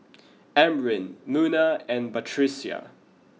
Amrin Munah and Batrisya